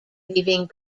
leaving